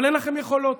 אבל אין לכם יכולות.